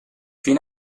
fin